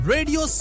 Radio